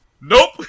Nope